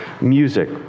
music